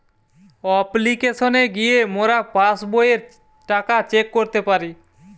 অপ্লিকেশনে গিয়ে মোরা পাস্ বইয়ের টাকা চেক করতে পারি